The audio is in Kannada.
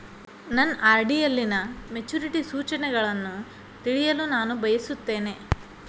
ನನ್ನ ಆರ್.ಡಿ ಯಲ್ಲಿನ ಮೆಚುರಿಟಿ ಸೂಚನೆಯನ್ನು ತಿಳಿಯಲು ನಾನು ಬಯಸುತ್ತೇನೆ